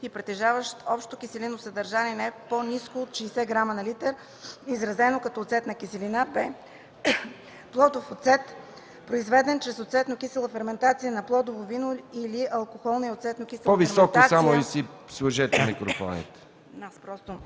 и притежаващ общо киселинно съдържание не по-ниско от 60 грама на литър, изразено като оцетна киселина; б) „плодов оцет”, произведен чрез оцетно-кисела ферментация на плодово вино или алкохолна и оцетно-кисела ферментация на плодове и притежаващ общо